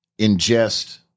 ingest